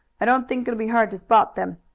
i don't think it'll be hard to spot them.